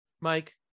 mike